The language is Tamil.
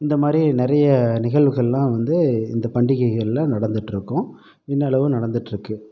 இந்த மாதிரி நிறைய நிகழ்வுகளெலாம் வந்து இந்த பண்டிகைகளில் நடந்துகிட்டு இருக்கும் இன்னளவும் நடந்துகிட்டு இருக்கு